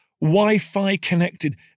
Wi-Fi-connected